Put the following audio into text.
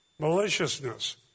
maliciousness